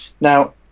Now